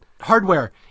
hardware